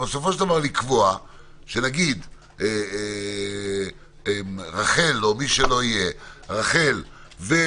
אבל בסופו של דבר לקבוע שנגיד רח"ל או מי שלא יהיה רח"ל ומפקד